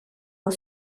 are